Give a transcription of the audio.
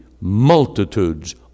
multitudes